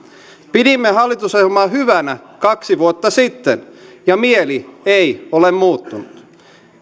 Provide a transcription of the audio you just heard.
pidimme hallitusohjelmaa hyvänä kaksi vuotta sitten ja mieli ei ole muuttunut